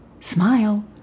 Smile